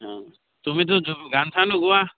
অঁ তুমিতো তু গান চানো গোৱা